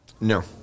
No